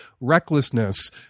Recklessness